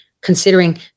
considering